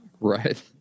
Right